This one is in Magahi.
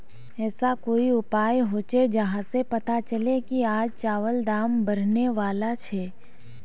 ऐसा कोई उपाय होचे जहा से पता चले की आज चावल दाम बढ़ने बला छे?